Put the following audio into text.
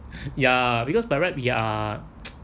ya because by right we are